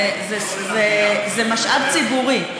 זה משאב ציבורי.